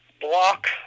block